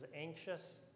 anxious